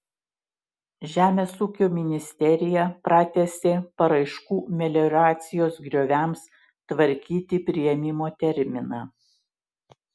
žemės ūkio ministerija pratęsė paraiškų melioracijos grioviams tvarkyti priėmimo terminą